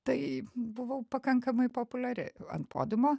tai buvau pakankamai populiari ant podiumo